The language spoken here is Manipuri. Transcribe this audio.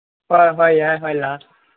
ꯍꯣꯏ ꯍꯣꯏ ꯌꯥꯏ ꯍꯣꯏ ꯂꯥꯎ